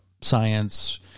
science